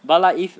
but like if